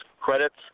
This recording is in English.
credits